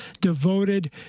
devoted